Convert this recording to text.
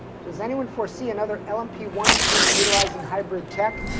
does anyone foresee another l m p one team utilizing hybrid tech?